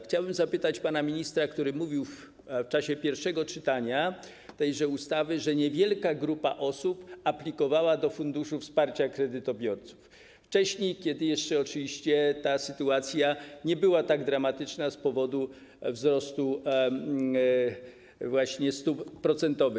Chciałbym o to zapytać pana ministra, który mówił w czasie pierwszego czytania tejże ustawy, że niewielka grupa osób aplikowała do Funduszu Wsparcia Kredytobiorców wcześniej, kiedy jeszcze oczywiście ta sytuacja nie była tak dramatyczna z powodu wzrostu właśnie stóp procentowych.